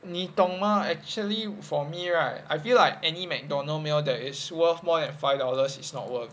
你懂吗 actually for me right I feel like any Mcdonald meal that is worth more than five dollars is not worth it